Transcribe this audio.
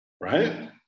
Right